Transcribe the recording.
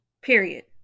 Period